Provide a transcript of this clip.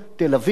תל-אביב,